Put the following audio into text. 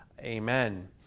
amen